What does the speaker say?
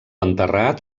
enterrat